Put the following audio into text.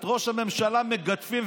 את ראש הממשלה מגדפים,